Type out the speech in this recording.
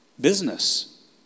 business